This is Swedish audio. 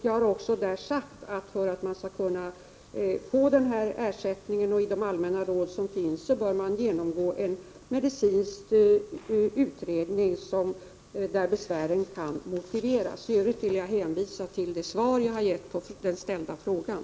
Jag har också sagt att för att ersättningen skall kunna erhållas bör patienten genomgå en medicinsk utredning där besvären kan motiveras, och detta står också i det allmänna råden. I övrigt vill jag hänvisa till de svar som jag har givit på den ställda frågan.